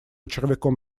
червяком